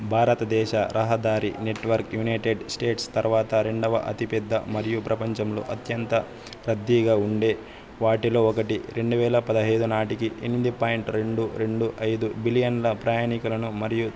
భారతదేశ రహదారి network United States తర్వాత రెండవ అతిపెద్ద మరియు ప్రపంచంలో అత్యంత రద్దీగా ఉండే వాటిలో ఒకటి రెండు వేల పదహైదు నాటికి ఎనిమిది పాయింట్ రెండు రెండు ఐదు బిలియన్ల ప్రయాణికులను మరియు